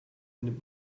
nimmt